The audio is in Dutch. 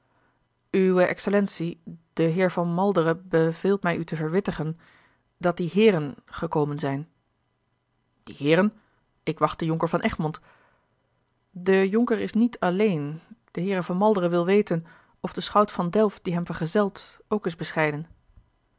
uwe excellentie de heer van maldere beveelt mij u te verwittigen dat die heeren gekomen zijn die heeren ik wacht den jonker van egmond de jonker is niet alleen de heer van maldere wil weten of de schout van delft die hem vergezeld ook is bescheiden